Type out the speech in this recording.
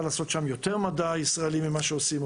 לעשות שם יותר או פחות מדע ישראלי ממה שעושים,